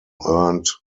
earned